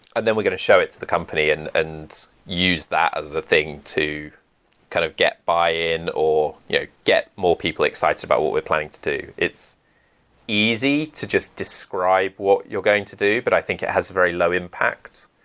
and then we got to show it to the company and and use that as the thing to kind of get buy-in or yeah get more people excited about what we're planning to do. it's easy to just describe what you're going to do, but i think it has a very low impact.